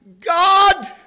God